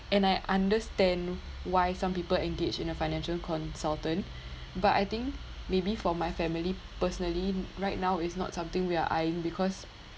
and I understand why some people engage in a financial consultant but I think maybe for my family personally right now it's not something we are eyeing because